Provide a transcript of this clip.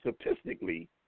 statistically